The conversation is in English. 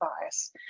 bias